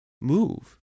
move